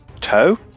Toe